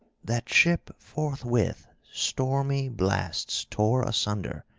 that ship forthwith stormy blasts tore asunder,